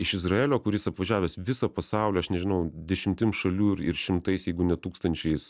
iš izraelio kuris apvažiavęs visą pasaulį aš nežinau dešimtim šalių ir ir šimtais jeigu ne tūkstančiais